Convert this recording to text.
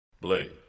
Blade